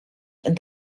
and